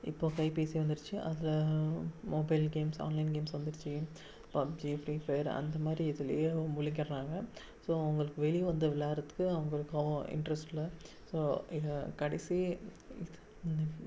இப்போது கைபேசி வந்துருச்சு அதில் மொபைல் கேம்ஸ் ஆன்லைன் கேம்ஸ் வந்துடுச்சு பப்ஜி ஃப்ரீ ஃபயர் அந்த மாதிரி இதிலையே அவங் மூழ்க்கிறாங்க ஸோ அவங்களுக்கு வெளி வந்து விளாடுறத்துக்கு அவங்களுக்கு அவ் இன்ட்ரெஸ்ட் இல்லை ஸோ இது கடைசி இது இந்த